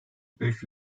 beş